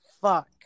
fuck